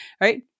right